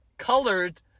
colored